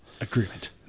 agreement